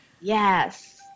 Yes